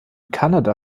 kanada